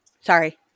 Sorry